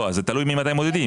לא זה תלוי ממתי מודדים,